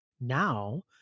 now